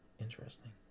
Interesting